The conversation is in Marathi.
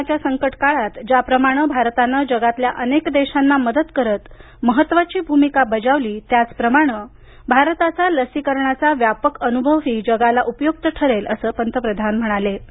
कोरोनाच्या संकट काळात ज्या प्रमाणे भारतानं जगातल्या अनेक देशांना मदत करत महत्त्वाची भूमिका बजावली त्याच प्रमाणे भारताचा लसीकरणाचा व्यापक अनुभवही जगाला उपयुक्त ठरेल असं पंतप्रधान म्हणाले